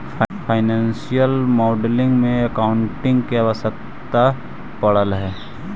financial modelling में accounting के आवश्यकता पड़ऽ हई